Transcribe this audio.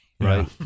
Right